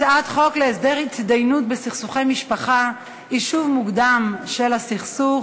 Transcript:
הצעת חוק להסדר התדיינויות בסכסוכי משפחה (יישוב מוקדם של הסכסוך),